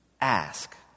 ask